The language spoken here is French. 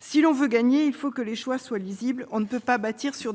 Si l'on veut gagner, il faut que les choix soient lisibles. On ne peut pas bâtir une